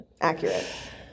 Accurate